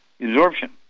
absorption